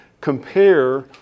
compare